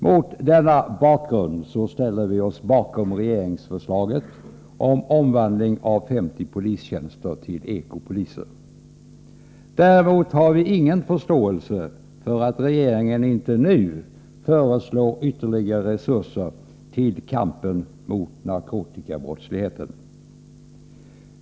Mot denna bakgrund ställer vi oss bakom regeringsförslaget om omvandling av 50 polistjänster till Eko-poliser. Däremot har vi ingen förståelse för att regeringen inte nu föreslår ytterligare resurser i kampen mot narkotikabrottsligheten.